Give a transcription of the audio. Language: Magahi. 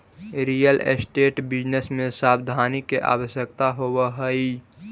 रियल एस्टेट बिजनेस में सावधानी के आवश्यकता होवऽ हई